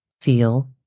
feel